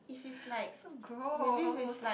so gross